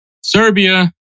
Serbia